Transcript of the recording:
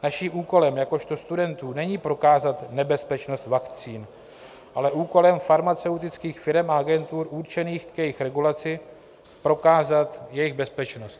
Naším úkolem jakožto studentů není prokázat nebezpečnost vakcín, ale úkolem farmaceutických firem a agentur určených k jejich regulaci je prokázat jejich bezpečnost.